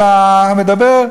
אלא מדבר,